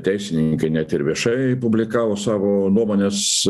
teisininkai net ir viešai publikavo savo nuomones